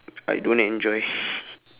I don't enjoy